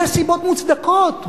יש סיבות מוצדקות,